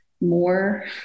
more